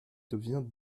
devient